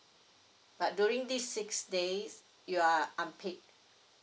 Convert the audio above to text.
but during these six days you are unpaid